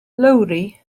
lowri